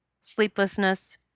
sleeplessness